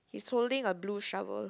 he's holding a blue shovel